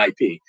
IP